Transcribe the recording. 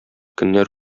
көннәр